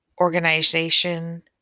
organization